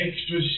extra